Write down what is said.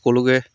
সকলোকে